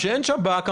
שאין שב"כ,